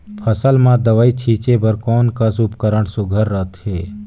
फसल म दव ई छीचे बर कोन कस उपकरण सुघ्घर रथे?